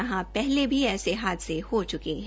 यहां पहले भी ऐसा हादसे हो चुके है